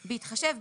בהתחשב,